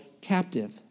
captive